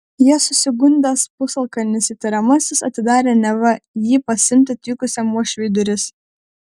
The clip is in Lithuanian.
ja susigundęs pusalkanis įtariamasis atidarė neva jį pasiimti atvykusiam uošviui duris